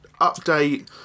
update